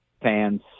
fans